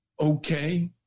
okay